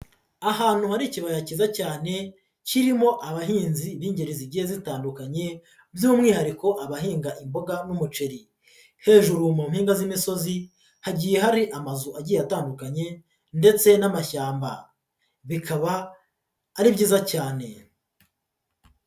Ahantu hari ikibaya cyiza cyane, kirimo abahinzi b'ingeri zigiye zitandukanye, by'umwihariko abahinga imboga n'umuceri, hejuru mu mpinga z'imisozi, hagiye hari amazu agiye atandukanye ndetse n'amashyamba, bikaba ari byiza cyane.